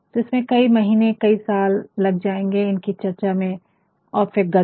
तो इसमें कई महीने कई साल साल लग जायेंगे इसकी चर्चा में और फिर गद्य